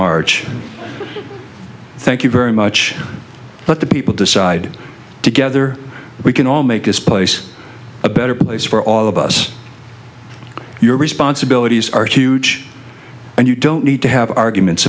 march thank you very much but the people decide together we can all make this place a better place for all of us your responsibilities are huge and you don't need to have arguments